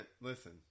Listen